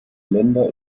länder